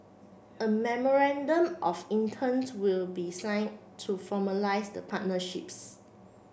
a memorandum of intents will be signed to formalise the partnerships